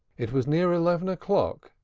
it was near eleven o'clock,